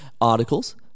Articles